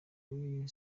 kuri